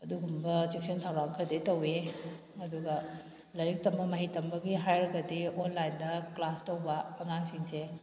ꯑꯗꯨꯒꯨꯝꯕ ꯆꯦꯛꯁꯤꯟ ꯊꯧꯔꯥꯡ ꯈꯔꯗꯤ ꯇꯧꯏ ꯑꯗꯨꯒ ꯂꯥꯏꯔꯤꯛ ꯇꯝꯕ ꯃꯍꯩ ꯇꯝꯕꯒꯤ ꯍꯥꯏꯔꯒꯗꯤ ꯑꯣꯟꯂꯥꯏꯟꯗ ꯀ꯭ꯂꯥꯁ ꯇꯧꯕ ꯑꯉꯥꯡꯁꯤꯡꯁꯦ